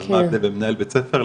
אז מה ההבדל בין מנהל בית ספר,